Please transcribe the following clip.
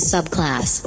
Subclass